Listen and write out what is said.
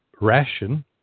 Ration